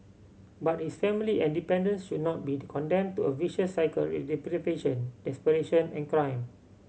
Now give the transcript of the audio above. but his family and dependants should not be condemned to a vicious cycle of deprivation desperation and crime